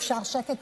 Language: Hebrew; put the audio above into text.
אפשר שקט?